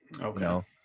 Okay